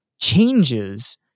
changes